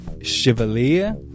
chevalier